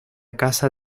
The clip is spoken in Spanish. casa